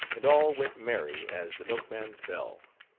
and all went merry as the milkman's bell.